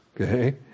Okay